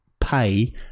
pay